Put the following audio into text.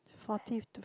forty to